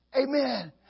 Amen